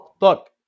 Look